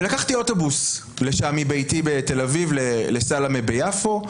ולקחתי אוטובוס לשם, מביתי בתל אביב לסלמה ביפו,